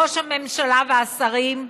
ראש הממשלה והשרים?